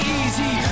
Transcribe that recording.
easy